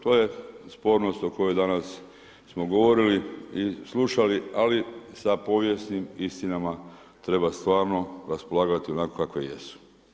To je spornost o kojoj danas smo govorili i slušali, ali sa povijesnim istinama treba stvarno raspolagati onako kakve jesu.